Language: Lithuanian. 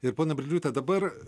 ir ponia briliūte dabar